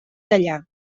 tallar